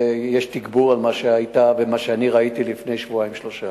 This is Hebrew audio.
ויש תגבור על מה שראית ומה שאני ראיתי לפני שבועיים-שלושה.